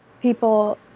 people